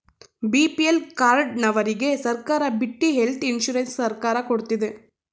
BPL ಕಾರ್ಡನವರ್ಗೆ ಸರ್ಕಾರ ಬಿಟ್ಟಿ ಹೆಲ್ತ್ ಇನ್ಸೂರೆನ್ಸ್ ಸರ್ಕಾರ ಕೊಡ್ತಿದೆ